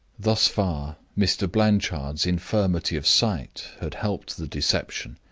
thus far mr. blanchard's infirmity of sight had helped the deception.